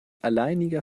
alleiniger